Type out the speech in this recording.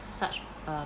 such uh